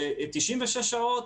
ל-96 שעות,